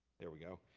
there we go.